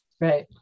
Right